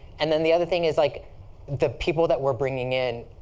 and then the other thing is like the people that we're bringing in.